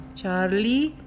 Charlie